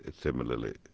similarly